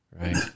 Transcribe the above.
Right